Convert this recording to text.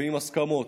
ועם הסכמות.